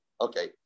Okay